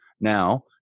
Now